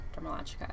Dermalogica